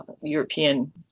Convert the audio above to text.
European